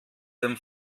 dem